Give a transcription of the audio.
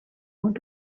want